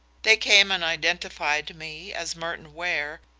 they came and identified me as merton ware,